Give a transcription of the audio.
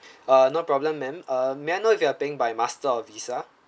err no problem ma'am uh may I know if you are paying by Master of Visa